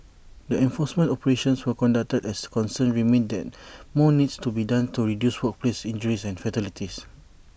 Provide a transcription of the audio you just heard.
the enforcement operations were conducted as concerns remain that more needs to be done to reduce workplace injuries and fatalities